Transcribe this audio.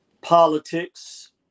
politics